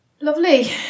Lovely